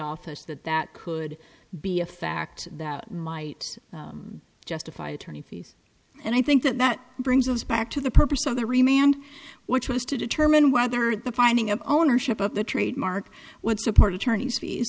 office that that could be a fact that might justify attorney fees and i think that that brings us back to the purpose of the remained which was to determine whether the finding of ownership of the trademark what's a part attorney's fees